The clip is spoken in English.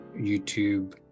YouTube